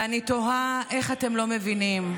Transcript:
ואני תוהה איך אתם לא מבינים.